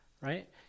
Right